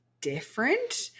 different